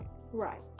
Right